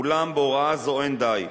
אולם בהוראה זו לא די.